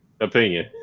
opinion